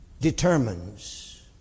determines